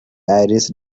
iris